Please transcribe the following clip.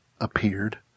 appeared